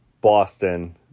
Boston